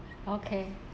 okay